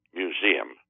museum